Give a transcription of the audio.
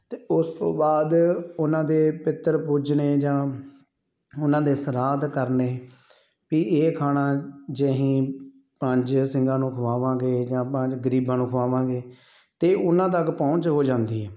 ਅਤੇ ਉਸ ਤੋਂ ਬਾਅਦ ਉਹਨਾਂ ਦੇ ਪਿੱਤਰ ਪੂਜਣੇ ਜਾਂ ਉਹਨਾਂ ਦੇ ਸਰਾਧ ਕਰਨੇ ਕਿ ਇਹ ਖਾਣਾ ਜੇ ਅਸੀਂ ਪੰਜ ਸਿੰਘਾਂ ਨੂੰ ਖਵਾਵਾਂਗੇ ਜਾਂ ਪੰਜ ਗਰੀਬਾਂ ਨੂੰ ਖਵਾਵਾਂਗੇ ਤਾਂ ਉਹਨਾਂ ਤੱਕ ਪਹੁੰਚ ਹੋ ਜਾਂਦੀ ਹੈ